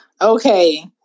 Okay